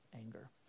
anger